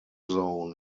zone